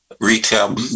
retail